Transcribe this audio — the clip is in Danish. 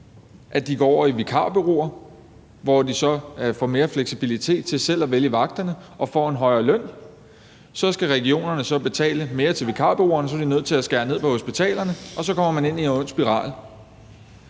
at de går over i vikarbureauer, hvor de så får mere fleksibilitet til selv at vælge vagterne og får en højere løn. Så skal regionerne betale mere til vikarbureauerne, og så er de nødt til at skære ned på hospitalerne, og så kommer man ind i en ond spiral.